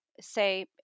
say